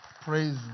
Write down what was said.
Praise